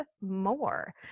more